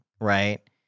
right